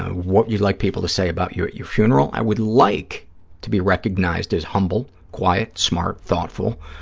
what you'd like people to say about you at your funeral? i would like to be recognized as humble, quiet, smart, thoughtful,